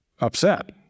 upset